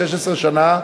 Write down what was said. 16 שנה,